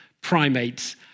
primates